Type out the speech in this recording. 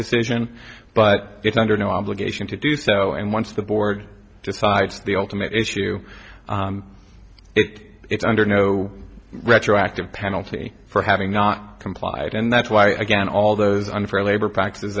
decision but it's under no obligation to do so and once the board decides the ultimate issue it is under no retroactive penalty for having not complied and that's why again all those unfair labor practices